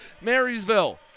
Marysville